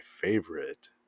favorite